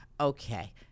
Okay